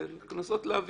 זה לנסות להבין.